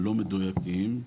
לא מדויקים.